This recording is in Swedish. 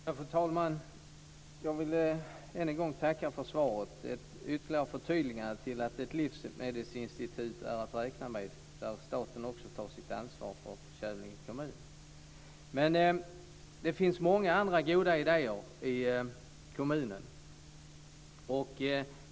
Fru talman! Jag vill än en gång tacka för svaret. Det var ett ytterligare förtydligande av att ett livsmedelsinstitut är att räkna med, där staten också tar sitt ansvar för Kävlinge kommun. Det finns många andra goda idéer i kommunen.